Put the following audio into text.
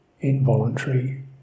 involuntary